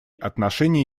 отношения